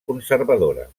conservadora